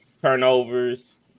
Turnovers